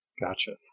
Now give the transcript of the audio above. Gotcha